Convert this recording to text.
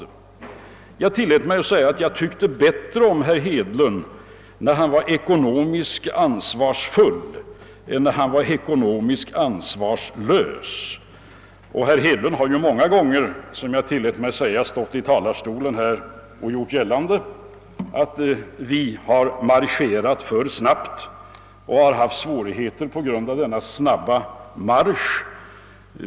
Jag tillät mig säga att jag tyckte bättre om herr Hedlund när han var ekonomiskt ansvarsfull än när han var ekonomiskt ansvarslös. Herr Hedlund har ju många gånger stått i talarstolen här och gjort gällande att vi har marscherat för snabbt och haft svårigheter på grund av denna snabba marsch.